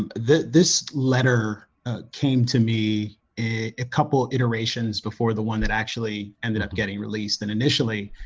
and the this letter, ah came to me a couple iterations before the one that actually ended up getting released and initially,